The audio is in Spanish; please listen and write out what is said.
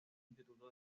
instituto